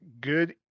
good